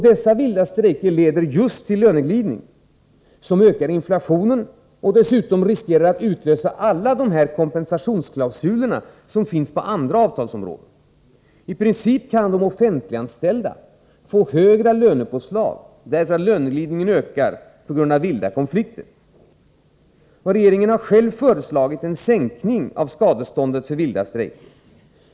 Dessa vilda strejker leder till löneglidning, som ökar inflationen och som dessutom riskerar att utlösa alla de kompensationsklausuler som finns på andra avtalsområden. I princip kan de offentliganställda få högre lönepåslag därför att löneglidningen ökat på grund av vilda konflikter. Regeringen har själv föreslagit en sänkning av skadeståndet för vilda strejker.